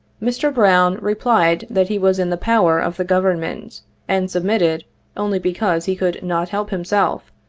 mr. brown replied that he was in the power of the government and submitted only because he could not help himself,